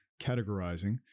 categorizing